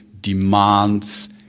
demands